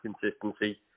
consistency